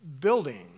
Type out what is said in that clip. building